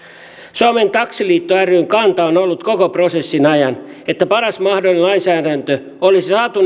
suomen taksiliitto ryn kanta on ollut koko prosessin ajan että paras mahdollinen lainsäädäntö olisi saatu